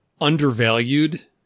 undervalued